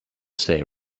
stay